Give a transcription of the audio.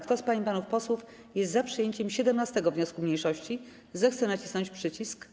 Kto z pań i panów posłów jest za przyjęciem 17. wniosku mniejszości, zechce nacisnąć przycisk.